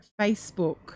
Facebook